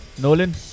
Nolan